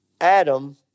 Adam